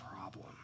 problem